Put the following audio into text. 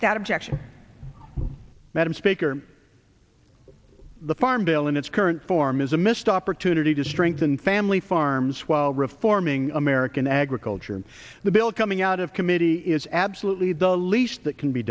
that objection madam speaker the farm bill in its current form is a missed opportunity to strengthen family farms while reforming american agriculture and the bill coming out of committee is absolutely the least that can be